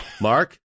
Mark